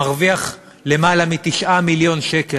מרוויח יותר מ-9 מיליון שקל,